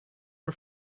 for